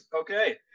Okay